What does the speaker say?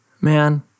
Man